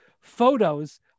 photos